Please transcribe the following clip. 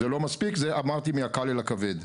זה לא מספיק, אמרתי מהקל אל הכבד.